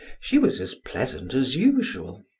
she was as pleasant as usual.